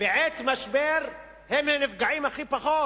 בעת משבר הם נפגעים הכי פחות.